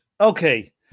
Okay